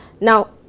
Now